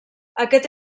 aquest